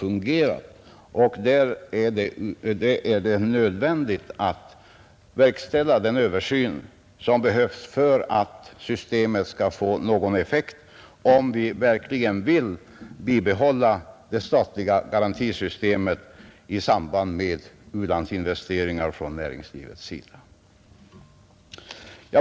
Där är det nödvändigt att verkställa den översyn som behövs för att systemet skall få någon effekt, om vi verkligen vill bibehålla det statliga garantisystemet i samband med u-landsinvesteringar från näringslivets sida.